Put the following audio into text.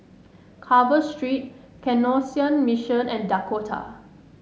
Carver Street Canossian Mission and Dakota